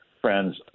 friends